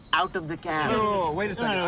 out of the cab. wait a so you know